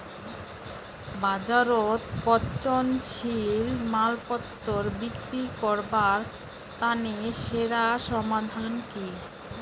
বাজারত পচনশীল মালপত্তর বিক্রি করিবার তানে সেরা সমাধান কি?